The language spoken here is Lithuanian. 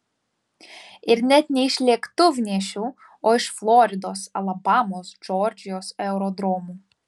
ir net ne iš lėktuvnešių o iš floridos alabamos džordžijos aerodromų